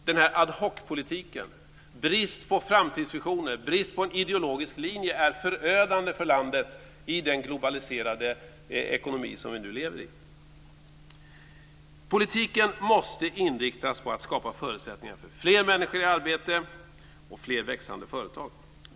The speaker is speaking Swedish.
Den här ad hoc-politiken, bristen på framtidsvisioner och bristen på en ideologisk linje är förödande för landet i den globaliserade ekonomi som vi nu lever i. Politiken måste inriktas på att skapa förutsättningar för fler människor i arbete och fler växande företag.